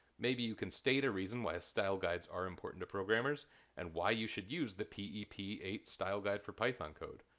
maybe you can state a reason why style guides are important to programmers and why you should use the p e p eight style guide for python code.